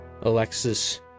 Alexis